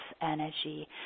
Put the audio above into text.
energy